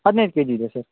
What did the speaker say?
ಹದಿನೈದು K G ಇದೆ sir